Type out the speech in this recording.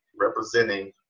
representing